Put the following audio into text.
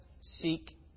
seek